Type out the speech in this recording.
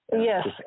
Yes